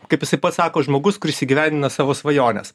kaip jisai pats sako žmogus kuris įgyvendina savo svajones